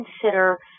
consider